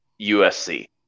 USC